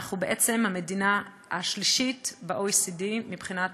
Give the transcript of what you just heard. אנחנו המדינה השלישית ב-OECD מבחינת